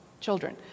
children